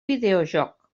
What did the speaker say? videojoc